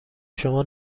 شما